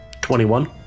21